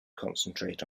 concentrate